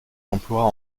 emplois